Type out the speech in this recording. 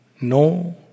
no